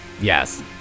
yes